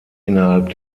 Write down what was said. innerhalb